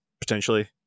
potentially